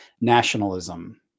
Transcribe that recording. nationalism